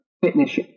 fitness